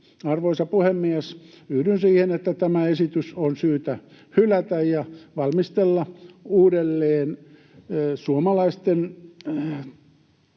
Arvoisa puhemies! Yhdyn siihen, että tämä esitys on syytä hylätä ja valmistella uudelleen suomalaisten